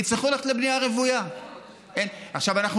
יצטרכו ללכת לבנייה רוויה.